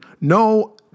No